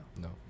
no